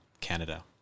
Canada